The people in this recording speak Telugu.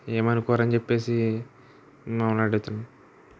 ఏమనుకోరని చెప్పేసి మిమ్మల్ని అడుగుతున్నాము